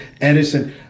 Edison